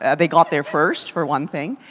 and they got their first for one thing.